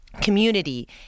community